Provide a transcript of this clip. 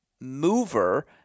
mover